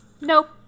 Nope